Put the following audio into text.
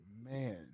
Man